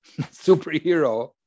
superhero